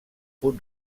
puig